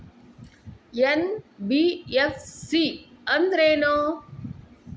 NBFC ಅಂದ್ರೇನು?